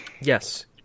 Yes